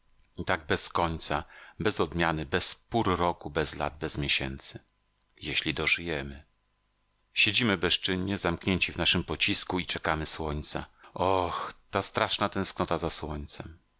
tak bez końca bez odmiany bez pór roku bez lat bez miesięcy jeśli dożyjemy siedzimy bezczynnie zamknięci w naszym pocisku i czekamy słońca o ta straszna tęsknota za słońcem